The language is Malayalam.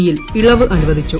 യിൽ ഇളവ് അനുവദിച്ചു